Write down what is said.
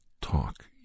talk